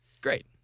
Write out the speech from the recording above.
great